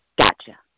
Gotcha